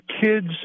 kids